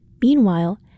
Meanwhile